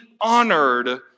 honored